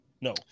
No